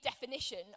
definition